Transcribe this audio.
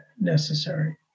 necessary